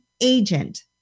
agent